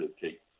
take